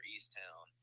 Easttown